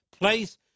place